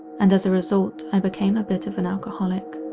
and as a result i became a bit of an alcoholic.